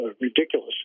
ridiculous